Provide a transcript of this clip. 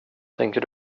tänker